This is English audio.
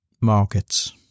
markets